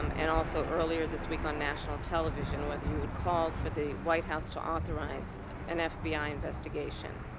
um and also earlier this week on national television whether you would call for the white house to authorize an fbi investigation.